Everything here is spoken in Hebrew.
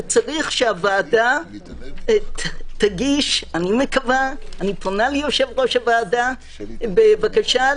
וצריך שהוועדה תגיש אני פונה ליושב-ראש הוועדה בבקשה,